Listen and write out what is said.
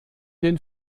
den